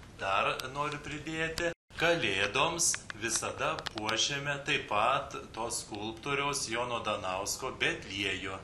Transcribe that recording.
dar noriu pridėti kalėdoms visada puošiame taip pat to skulptoriaus jono danausko betliejų